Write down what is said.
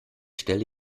stelle